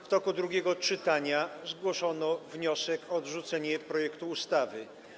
W toku drugiego czytania zgłoszono wniosek o odrzucenie projektu ustawy.